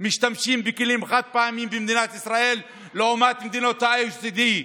משתמשים בכלים חד-פעמיים פי חמישה לעומת מדינות ה-OECD,